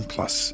Plus